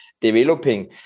developing